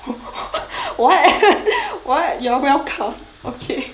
what what you're welcome okay